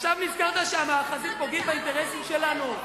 עכשיו נזכרת שהמאחזים פוגעים באינטרסים שלנו?